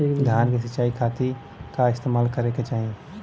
धान के सिंचाई खाती का इस्तेमाल करे के चाही?